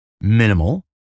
minimal